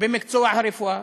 במקצוע הרפואה,